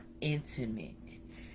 intimate